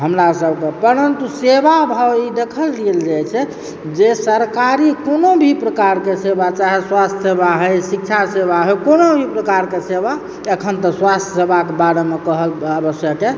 हमरा सभके परन्तु सेवा भाव ई देखल गेल जाइ छै जे सरकारी कोनो भी प्रकारके सेवा चाहय स्वास्थ्य सेवा होइ शिक्षा सेवा होइ कोनो भी प्रकारके सेवा एखन तऽ स्वास्थ्य सेवाके बारेमे कहब आवश्यक यऽ